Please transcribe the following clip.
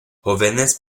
jóvenes